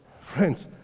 Friends